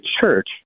church